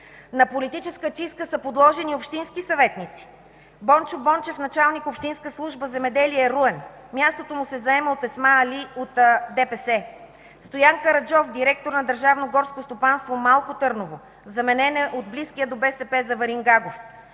На политическа чистка са подложени общински съветници. Бончо Бончев, началник Общинска служба „Земеделие” – Руен. Мястото му се заема от Есма Али от ДПС. Стоян Караджов, директор на Държавно горско стопанство „Малко Търново” – заменен е от близкия до БСП Заварин Гагов.